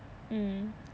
mm